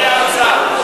מהאוצר.